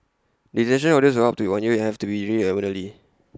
desertion orders are up to A New Year and have to be reviewed annually